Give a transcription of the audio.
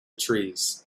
trees